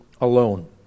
alone